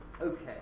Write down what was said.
Okay